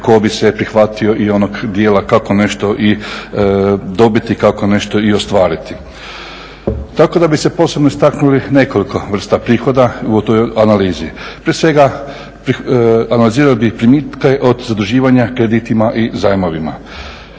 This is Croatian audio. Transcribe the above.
tko bi se prihvatio i onog dijela kako nešto i dobiti, kako nešto i ostvariti. Tako da bi se posebno istaknuli nekoliko vrsta prihoda u toj analizi. Prije svega analizirali bi primitke od zaduživanja kreditima i zajmovima.